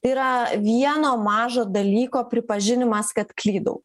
tai yra vieno mažo dalyko pripažinimas kad klydau